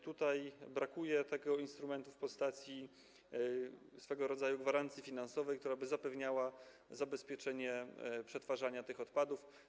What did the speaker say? Tutaj brakuje tego instrumentu w postaci swego rodzaju gwarancji finansowej, która by zapewniała zabezpieczenie co do przetwarzania tych odpadów.